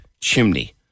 chimney